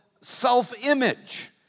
self-image